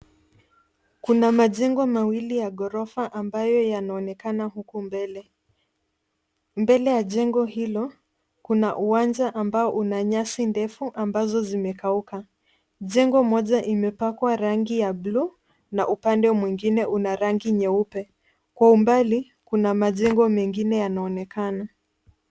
Kuna majengo mawili ya ghorofa ambayo yanaonekana huku mbele. Mbele ya jengo hilo, kuna uwanja ambao una nyasi ndefu ambazo zimekauka. Jengo moja imepakwa rangi ya buluu na upande mwingine una rangi nyeupe. Kwa umbali kuna majengo mengine yanaonekana.